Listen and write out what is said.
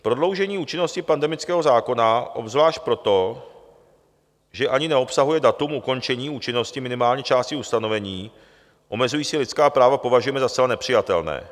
Prodloužení účinnosti pandemického zákona, obzvlášť proto, že ani neobsahuje datum ukončení účinnosti minimálně části ustanovení omezující lidská práva, považujeme za zcela nepřijatelné.